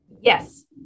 Yes